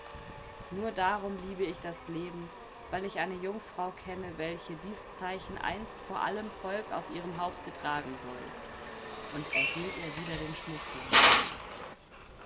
nur darum liebe ich das leben weil ich eine jungfrau kenne welche dies zeichen einst vor allem volk auf ihrem haupte tragen soll und er hielt ihr wieder den schmuck hin